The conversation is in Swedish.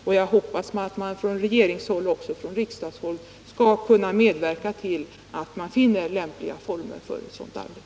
Och jag hoppas att man från regeringshåll och även från riksdagshåll skall kunna medverka till att finna lämpliga former för ett sådant arbete.